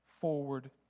forward